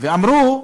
ואמרו: